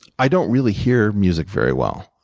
i don't really hear music very well.